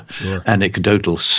anecdotal